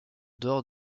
dehors